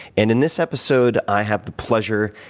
and in this episode, i have the pleasure,